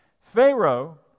Pharaoh